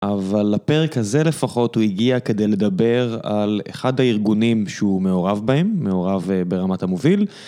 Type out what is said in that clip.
אבל הפרק הזה לפחות הוא הגיע כדי לדבר על אחד הארגונים שהוא מעורב בהם, מעורב ברמת המוביל.